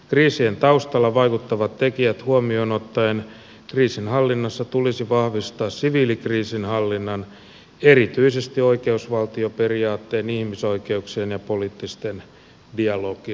kriisien taustalla vaikuttavat tekijät huomioon ottaen kriisinhallinnassa tulisi vahvistaa siviilikriisihallinnan erityisesti oikeusvaltioperiaatteen ihmisoikeuksien ja poliittisen dialogin osuutta